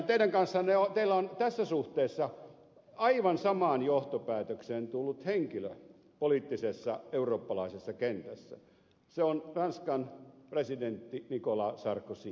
nimittäin on olemassa tässä suhteessa aivan samaan johtopäätöksen tullut henkilö poliittisessa eurooppalaisessa kentässä se on ranskan presidentti nicolas sarkozy